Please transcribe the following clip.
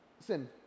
Listen